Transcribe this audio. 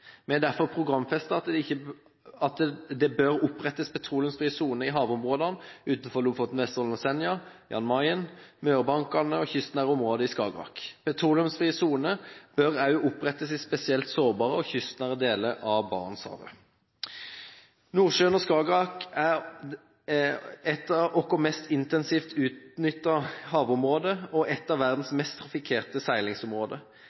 Vi har derfor programfestet at det bør opprettes petroleumsfrie soner i havområdene utenfor Lofoten, Vesterålen og Senja, Jan Mayen, Mørebankene og kystnære områder i Skagerrak. Petroleumsfrie soner bør også opprettes i spesielt sårbare og kystnære deler av Barentshavet. Nordsjøen og Skagerrak er vårt mest intensivt utnyttede havområde og et av verdens mest trafikkerte seilingsområder.